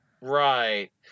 Right